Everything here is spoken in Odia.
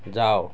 ଯାଅ